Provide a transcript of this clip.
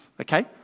okay